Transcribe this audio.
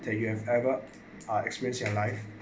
that you have ever ah experience your life